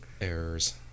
errors